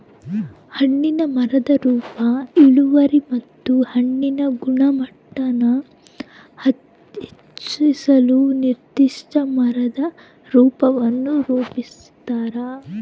ಹಣ್ಣಿನ ಮರದ ರೂಪ ಇಳುವರಿ ಮತ್ತು ಹಣ್ಣಿನ ಗುಣಮಟ್ಟಾನ ಹೆಚ್ಚಿಸಲು ನಿರ್ದಿಷ್ಟ ಮರದ ರೂಪವನ್ನು ರೂಪಿಸ್ತದ